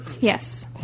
Yes